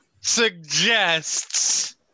suggests –